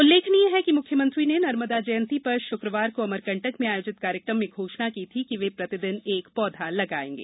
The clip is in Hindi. उल्लेखनीय है कि मुख्यमंत्री ने नर्मदा जयंती पर शुक्रवार को अमरकंटक में आयोजित कार्यक्रम में घोषणा की थी कि वे प्रतिदिन एक पौधा लगाएंगे